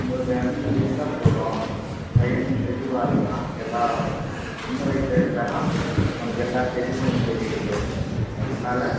உங்களோடய அனுமதி இருந்தால் போதும் பையனும் தெளிவாக இருக்கிறான் எல்லா சின்ன வயசில் இருந்தாலும் அவனுக்கு எல்லா தெளிவும் தெரியுது அதனால்